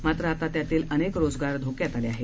मात्र आता त्यातील अनेक रोजगार धोक्यात आले आहेत